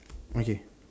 okay